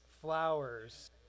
flowers